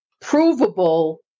provable